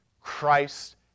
Christ